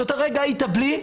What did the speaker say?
שוטר "היית בלי".